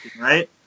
right